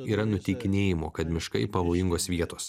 yra nuteikinėjimo kad miškai pavojingos vietos